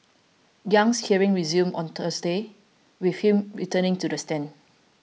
Yang's hearing resumes on Thursday with him returning to the stand